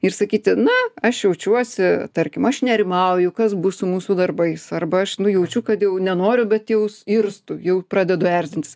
ir sakyti na aš jaučiuosi tarkim aš nerimauju kas bus su mūsų darbais arba aš nujaučiu kad jau nenoriu bet jau irstu jau pradedu erzintis